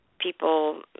people